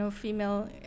female